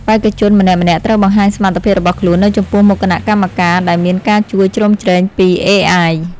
បេក្ខជនម្នាក់ៗត្រូវបង្ហាញសមត្ថភាពរបស់ខ្លួននៅចំពោះមុខគណៈកម្មការដែលមានការជួយជ្រោមជ្រែងពីអេអាយ។